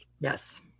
yes